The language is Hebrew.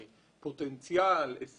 פוטנציאל, הישגים,